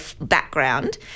background